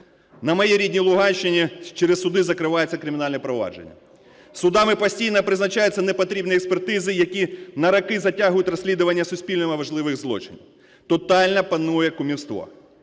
На моїй рідній Луганщині через суди закриваються кримінальні провадження. Судами постійно призначаються непотрібні експертизи, які на роки затягують розслідування суспільно важливих злочинів. Тотально панує кумівство.